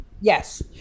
yes